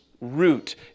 root